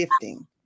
gifting